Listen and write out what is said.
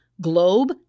Globe